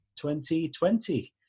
2020